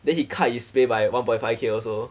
then he cut his by one point five K also